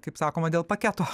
kaip sakoma dėl paketo